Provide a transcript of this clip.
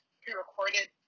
pre-recorded